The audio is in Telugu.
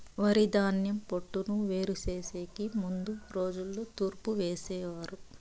వరిధాన్యం పొట్టును వేరు చేసెకి ముందు రోజుల్లో తూర్పు పోసేవారు